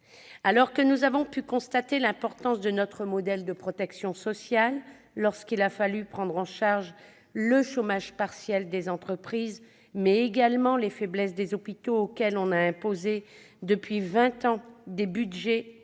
Alors que nous avons pu constater l'importance de notre modèle de protection sociale lorsqu'il a fallu prendre en charge le chômage partiel des entreprises, mais également les faiblesses des hôpitaux auxquels on a imposé depuis vingt ans des budgets